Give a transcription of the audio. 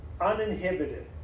uninhibited